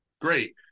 great